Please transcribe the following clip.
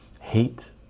hate